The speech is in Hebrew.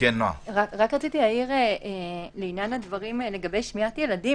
רק רציתי להעיר לעניין שמיעת ילדים,